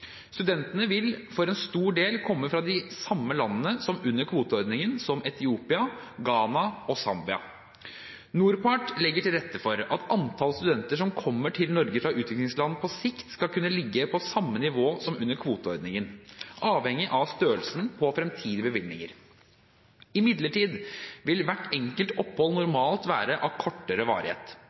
Studentene vil for en stor del komme fra de samme landene som under kvoteordningen, som Etiopia, Ghana og Zambia. NORPART legger til rette for at antall studenter som kommer til Norge fra utviklingsland, på sikt skal kunne ligge på samme nivå som under kvoteordningen, avhengig av størrelsen på fremtidige bevilgninger. Imidlertid vil hvert enkelt opphold normalt være av kortere varighet.